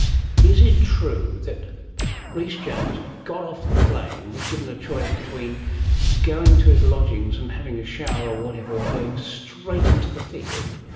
is it true that rhys jones got off the plane, was given a choice between going to his lodgings and having a shower or whatever, or going straight into the field?